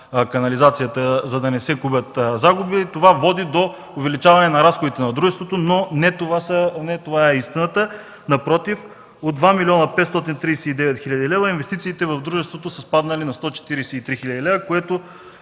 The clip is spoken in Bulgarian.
за да няма загуби, това води до увеличаване разходите на дружеството, но не това е истината. Напротив, от 2 млн. 539 хил. лв. инвестициите в дружеството са спаднали на 143 хил. лв., което